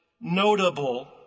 notable